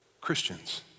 Christians